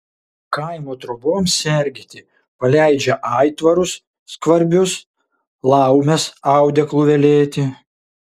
kaimo troboms sergėti paleidžia aitvarus skvarbius laumes audeklų velėti